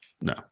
No